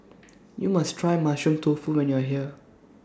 YOU must Try Mushroom Tofu when YOU Are here